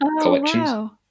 collections